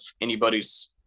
anybody's